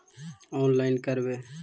Online करवे?